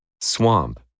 Swamp